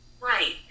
Right